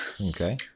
Okay